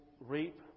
reap